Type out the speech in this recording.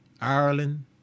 Ireland